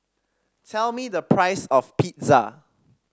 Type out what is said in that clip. tell me the price of Pizza